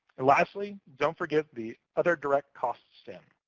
and lastly, don't forget the other direct cost sin.